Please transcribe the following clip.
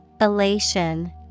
Elation